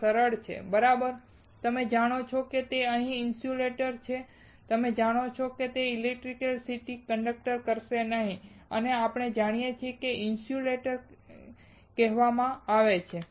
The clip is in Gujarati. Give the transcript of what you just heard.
તેથી સરળ બરાબર તેઓ જાણતા નથી કે તે ઇન્સ્યુલેટર છે તેઓ જાણે છે કે તે ઇલેક્ટ્રિસિટી કંડક્ટ કરશે નહીં અને આપણે જાણીએ છીએ કે તેને ઇન્સ્યુલેટર કહેવામાં આવે છે